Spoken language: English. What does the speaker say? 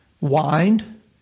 Wind